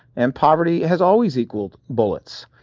and poverty has always equaled bullets.